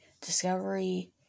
Discovery